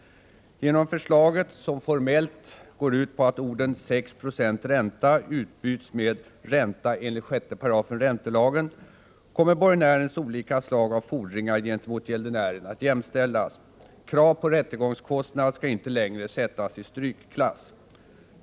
Genom förslaget — som formellt går ut på att orden ”ränta efter sex procent” utbyts mot ”ränta enligt 6 § räntelagen” — kommer borgenärens olika slag av fordringar gentemot gäldenären att jämställas; krav på rättegångskostnad 59 skall inte längre sättas i strykklass.